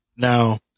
Now